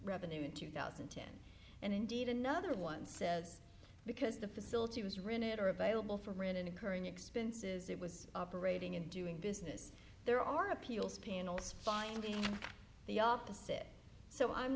revenue in two thousand and ten and indeed another one says because the facility was renewed are available for rent and incurring expenses it was operating and doing business there are appeals panels finding the office it so i'm